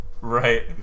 Right